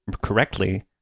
correctly